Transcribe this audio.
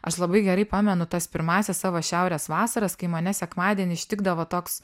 aš labai gerai pamenu tas pirmąsias savo šiaurės vasaras kai mane sekmadienį ištikdavo toks